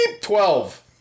Twelve